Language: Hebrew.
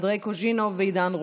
אנדרי קוז'ינוב ועידן רול.